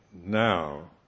now